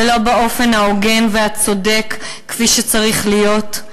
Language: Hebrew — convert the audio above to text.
ולא באופן ההוגן והצודק כפי שצריך להיות.